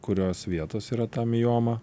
kurios vietos yra ta mioma